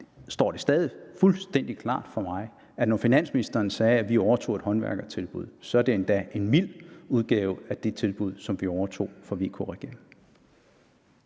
står det stadig fuldstændig klart for mig, at når finansministeren sagde, at vi overtog et håndværkertilbud, var det endda en mild udgave af det tilbud, som vi overtog fra VK-regeringen.